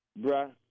bruh